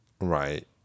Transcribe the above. Right